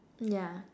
yeah